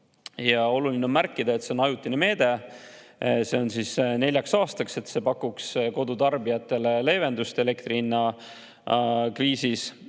Oluline on märkida, et see on ajutine meede, neljaks aastaks, see pakuks kodutarbijatele leevendust elektrihinnakriisi